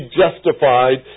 justified